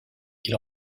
ils